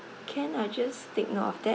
can I'll just take note of that